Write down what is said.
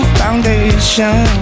foundation